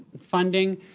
funding